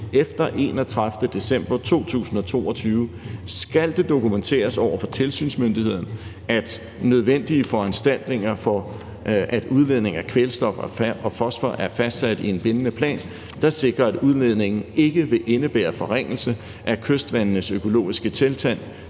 efter 31. december 2022, skal det dokumenteres over for tilsynsmyndighederne, at nødvendige foranstaltninger for at udledning af kvælstof og fosfor er fastsat i en bindende plan, der sikrer, at udledningen ikke vil indebære forringelse af kystvandenes økologiske tilstand